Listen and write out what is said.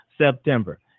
September